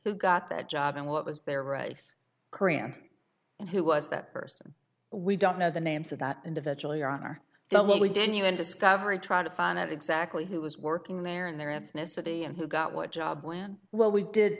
who got that job and what was their race qur'an and who was that person we don't know the names of that individually or are they what we didn't even discovery try to find out exactly who was working there and their ethnicity and who got what job when well we did